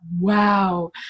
Wow